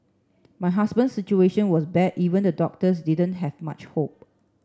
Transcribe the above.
my husband's situation was bad even the doctors didn't have much hope